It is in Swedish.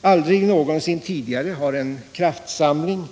Aldrig någonsin tidigare har en kraftsamling